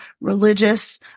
religious